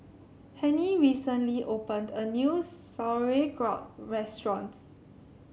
Hennie recently opened a new Sauerkraut restaurant